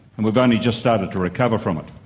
and we've only just started to recover from it.